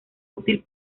útil